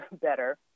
better